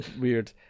weird